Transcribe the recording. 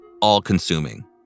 all-consuming